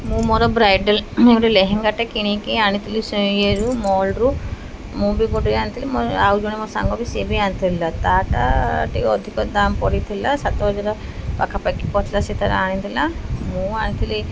ମୁଁ ମୋର ବ୍ରାଇଡ଼ାଲ୍ ଗୋଟେ ଲେହେଙ୍ଗାଟା କିଣିକି ଆଣିଥିଲି ସେ ଇଆରୁ ମଲ୍ରୁ ମୁଁ ବି ଗୋଟେ ଆଣିଥିଲି ମୋ ଆଉ ଜଣେ ମୋ ସାଙ୍ଗ ବି ସିଏ ବି ଆଣିଥିଲା ତା ଟା ଟିକେ ଅଧିକ ଦାମ୍ ପଡ଼ିଥିଲା ସାତ ହଜାର ପାଖାପାଖି ପଡ଼ିଥିଲା ସିଏ ତାର ଆଣିଥିଲା ମୁଁ ଆଣିଥିଲି